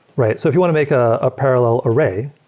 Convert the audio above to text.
right? so if you want to make a parallel array,